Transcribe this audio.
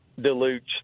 dilutes